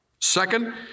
Second